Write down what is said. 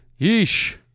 yeesh